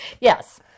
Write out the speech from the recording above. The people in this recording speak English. Yes